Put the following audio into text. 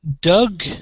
Doug